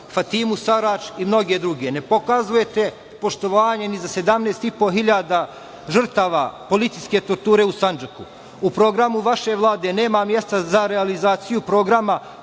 Fatimu Sarač i mnogi drugi. Ne pokazujete poštovanje ni za 17.500 žrtava policijske torture u Sandžaku.U programu vaše Vlade nema mesta za realizaciju programa